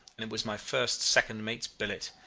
and it was my first second mate's billet,